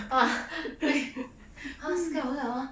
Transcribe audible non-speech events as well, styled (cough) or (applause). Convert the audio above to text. ah (laughs) please 他 skype 不 liao ah